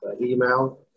email